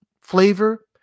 flavor